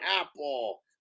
Apple